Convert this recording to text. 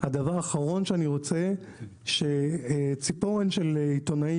הדבר האחרון שאני רוצה זה שציפורן של עיתונאי